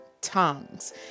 tongues